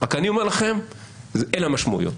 רק אני אומר לכם, אלה המשמעויות